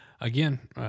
Again